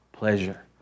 Pleasure